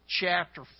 chapter